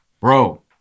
Bro